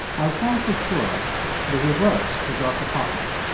alphonse was sure the reverse was also possible.